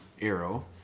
Arrow